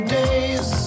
days